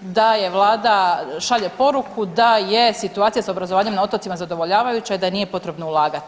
da Vlada šalje poruku da je situacija sa obrazovanjem na otocima zadovoljavajuća i da nije potrebno ulagati?